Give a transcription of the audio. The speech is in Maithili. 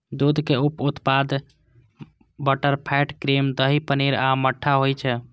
दूधक उप उत्पाद बटरफैट, क्रीम, दही, पनीर आ मट्ठा होइ छै